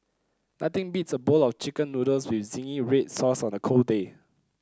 nothing beats a bowl of chicken noodles with zingy red sauce on a cold day